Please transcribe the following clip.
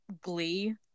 Glee